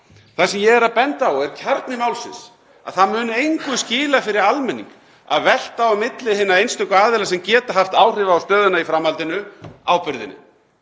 Það sem ég er að benda á er kjarni málsins, að það muni engu skila fyrir almenning að velta ábyrgðinni á milli hinna einstöku aðila sem geta haft áhrif á stöðuna í framhaldinu. Það mun